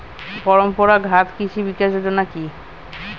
পরম্পরা ঘাত কৃষি বিকাশ যোজনা কি?